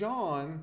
John